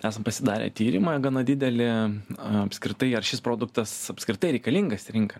esam pasidarę tyrimą gana didelį apskritai ar šis produktas apskritai reikalingas rinka